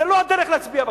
זו לא הדרך להצביע בכנסת.